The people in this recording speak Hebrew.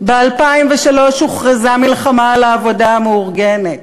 ב-2003 הוכרזה מלחמה על העבודה המאורגנת.